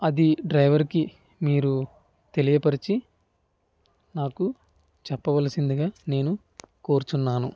అది డ్రైవర్కి మీరు తెలియపరిచి నాకు చెప్పవలసిందిగా నేను కోర్చున్నాను